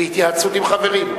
בהתייעצות עם חברים.